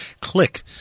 Click